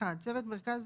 (1)צוות מרכז